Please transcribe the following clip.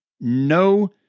no